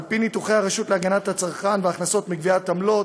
על פי ניתוחי הרשות להגנת הצרכן וההכנסות מגביית עמלות,